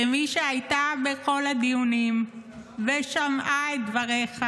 כמי שהייתה בכל הדיונים ושמעה את דבריך